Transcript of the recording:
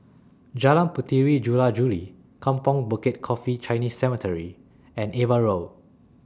Jalan Puteri Jula Juli Kampong Bukit Coffee Chinese Cemetery and AVA Road